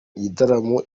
igitaramo